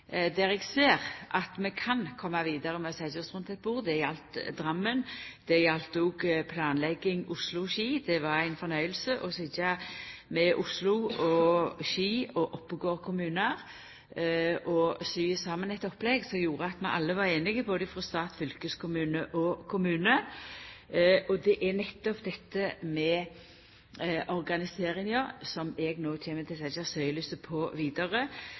der eg ser at vi kan koma vidare med å setja oss rundt eit bord – det gjaldt Drammen, det gjaldt òg planlegging Oslo–Ski. Det var ein fornøyelse å sitja med Oslo, Ski og Oppegård kommunar og sy saman eit opplegg som gjorde at vi alle var einige, både frå stat, fylkeskommune og kommune. Det er nettopp dette med organiseringa som eg no kjem til å setja søkjelyset på vidare.